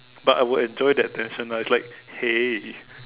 but I would enjoy that tension lah it's like hey